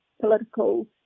political